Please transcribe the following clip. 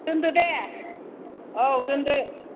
दोन्दो दे औ दोन्दो